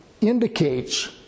indicates